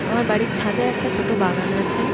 আমার বাড়ির ছাদে একটা ছোট বাগান আছে